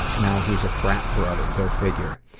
ah now he's a frat bro, go figure.